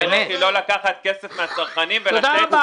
הדרך היא לא לקחת כסף מהצרכנים ולתת ל"הר-טוב".